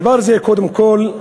דבר זה, קודם כול,